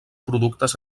productes